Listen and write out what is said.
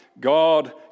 God